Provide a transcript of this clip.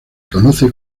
conoce